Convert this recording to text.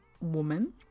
woman